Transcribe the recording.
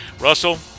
Russell